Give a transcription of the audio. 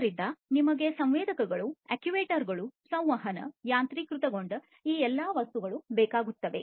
ಆದ್ದರಿಂದ ನಮಗೆ ಸಂವೇದಕಗಳು ಅಕ್ಚುಯೇಟರ್ ಗಳು ಸಂವಹನ ಯಾಂತ್ರೀಕೃತಗೊಂಡ ಈ ಎಲ್ಲಾ ವಸ್ತುಗಳು ಬೇಕಾಗುತ್ತವೆ